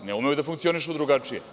Ne umeju da funkcionišu drugačije.